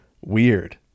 weird